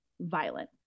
violent